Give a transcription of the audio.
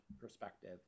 perspective